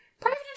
Private